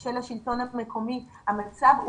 של השלטון המקומי - שהמצב הוא